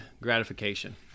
gratification